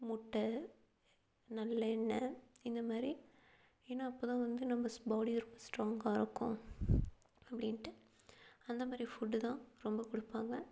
முட்டை நல்லெண்ணெய் இந்தமாதிரி ஏன்னா அப்போது தான் வந்து நம்ம ஸ் பாடி ரொம்ப ஸ்ட்ராங்காக இருக்கும் அப்படின்ட்டு அந்தமாதிரி ஃபுட்டு தான் ரொம்ப கொடுப்பாங்க